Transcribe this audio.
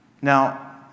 Now